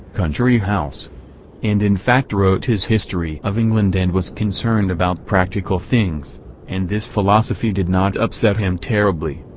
country house. and in fact wrote his history of england and was concerned about practical things and this philosophy did not upset him terribly.